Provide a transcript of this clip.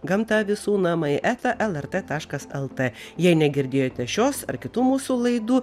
gamta visų namai eta lrt taškas lt jei negirdėjote šios ar kitų mūsų laidų